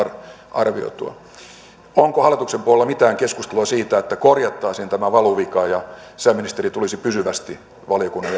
arvioitua onko hallituksen puolella mitään keskustelua siitä että korjattaisiin tämä valuvika ja ja sisäministeri tulisi pysyvästi valiokunnan